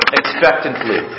expectantly